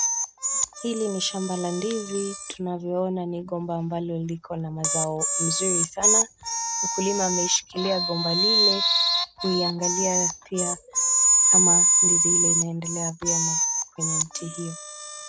Hili ni shamba la ndizi tunavyoona ni gomba ambalo liko na mazao mzuri sana mkulima ameshikilia gomba lile kuiangalia pia kama ndizi hile inaendelea vyema kwenye mti hiyo.